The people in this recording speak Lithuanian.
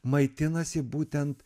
maitinasi būtent